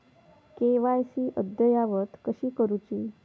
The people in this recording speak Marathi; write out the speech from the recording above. के.वाय.सी अद्ययावत कशी करुची?